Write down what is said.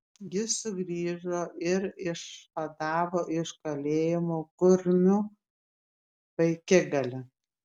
jis sugrįžo ir išvadavo iš kalėjimo kurmių vaikigalį